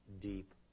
deep